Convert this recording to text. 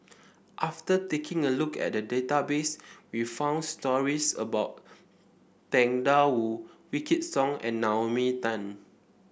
after taking a look at the database we found stories about Tang Da Wu Wykidd Song and Naomi Tan